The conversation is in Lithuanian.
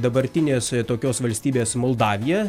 dabartinės tokios valstybės moldavija